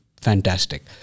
fantastic